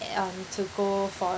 at um to go for